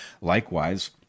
likewise